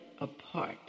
apart